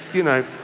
you know,